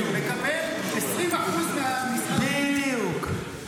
מקבל 20% --- בדיוק.